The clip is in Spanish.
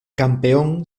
campeón